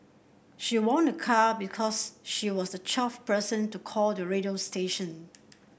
she won a car because she was the twelfth person to call the radio station